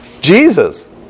Jesus